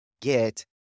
get